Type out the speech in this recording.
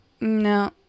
No